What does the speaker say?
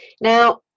Now